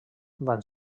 van